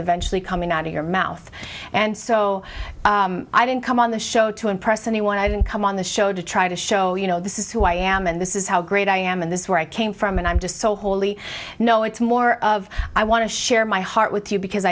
eventually coming out of your mouth and so i didn't come on the show to impress anyone i didn't come on the show to try to show you know this is who i am and this is how great i am and this is where i came from and i'm just so holy no it's more of i want to share my heart with you because